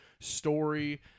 story